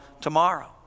tomorrow